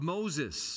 Moses